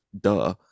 Duh